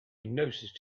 noticed